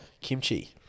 Kimchi